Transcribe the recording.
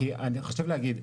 אני חושב להגיד.